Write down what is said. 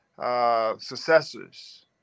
Successors